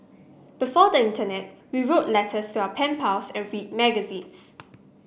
before the internet we wrote letters to our pen pals and read magazines